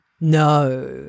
No